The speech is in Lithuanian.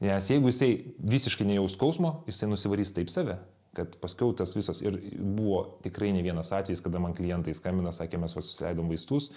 nes jeigu jisai visiškai nejaus skausmo jisai nusivarys taip save kad paskiau tas visos ir buvo tikrai ne vienas atvejis kada man klientai skambina sakė mes va susileidom vaistus